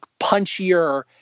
punchier